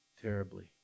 terribly